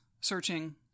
searching